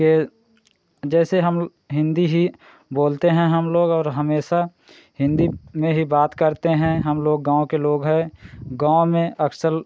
के जैसे हम हिन्दी ही बोलते हैं हम लोग और हमेशा हिन्दी में ही बात करते हैं हम लोग गाँव के लोग है गाँव में अक्सर